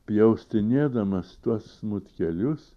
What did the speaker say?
pjaustinėdamas tuos smūtkelius